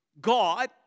God